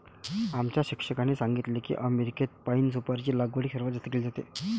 आमच्या शिक्षकांनी सांगितले की अमेरिकेत पाइन सुपारीची लागवड सर्वात जास्त केली जाते